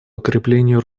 укреплению